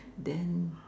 then